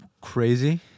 crazy